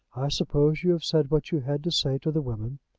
i suppose you have said what you had to say to the women?